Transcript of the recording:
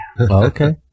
Okay